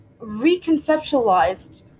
reconceptualized